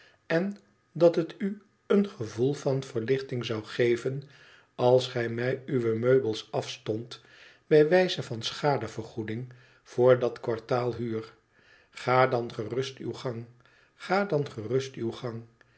en dat het u een gevoel van verlichting zou geven als gij mij uwe meubels afstondt bij wijze van schadevergoeding voor dat kwartaal huur ga dan gerust uw gang ga dan gerust uw gang